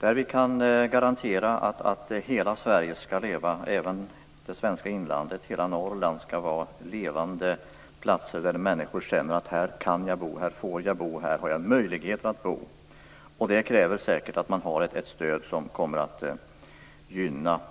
Vi vill kunna garantera att hela Sverige skall leva - även det svenska inlandet. Hela Norrland skall vara en levande plats där människor känner att de kan, får och har möjlighet att bo. Det kräver säkert ett stöd som gynnar dessa platser.